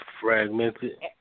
Fragmented